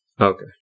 okay